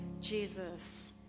Jesus